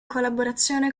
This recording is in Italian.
collaborazione